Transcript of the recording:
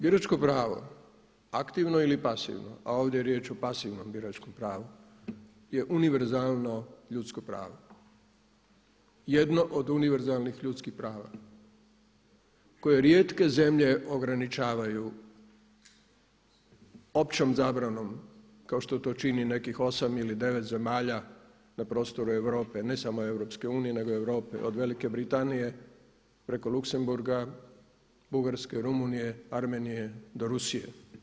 Biračko pravo aktivno ili pasivno, a ovdje je riječ o pasivnom biračkom pravu je univerzalno ljudsko pravo, jedno od univerzalnih ljudskih prava koje rijetke zemlje ograničavaju općom zabranom kao što to čini nekih 8 ili 9 zemalja na prostoru Europe, ne samo EU nego Europe od Velike Britanije preko Luksemburga, Bugarske, Rumunije, Armenije do Rusije.